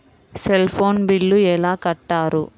Cell phone bill ఎలా కట్టారు?